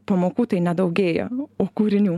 pamokų tai nedaugėja o kūrinių